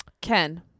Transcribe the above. Ken